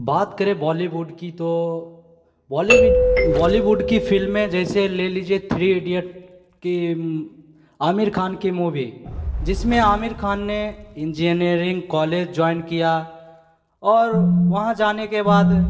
बात करें बॉलीवुड की तो बॉलीवुड बॉलीवुड की फिल्में जैसे ले लीजिए थ्री इडियट्स की आमिर खान की मूवी जिसमें आमिर खान ने इंजीनियरिंग कॉलेज ज्वाइन किया और वहाँ जाने के बाद